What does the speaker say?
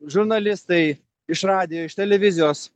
žurnalistai iš radijo iš televizijos